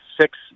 six